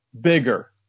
bigger